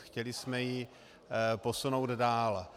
Chtěli jsme ji posunout dál.